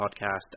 podcast